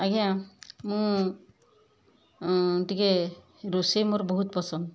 ଆଜ୍ଞା ମୁଁ ଟିକେ ରୋଷେଇ ମୋର ବହୁତ ପସନ୍ଦ